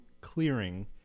clearing